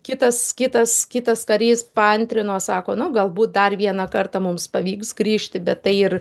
kitas kitas kitas karys paantrino sako nu galbūt dar vieną kartą mums pavyks grįžti bet tai ir